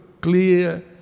clear